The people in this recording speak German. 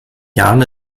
jahren